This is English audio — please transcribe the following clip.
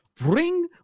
ring